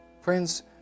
Friends